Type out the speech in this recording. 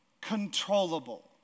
controllable